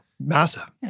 Massive